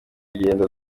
urugendo